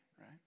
right